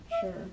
Sure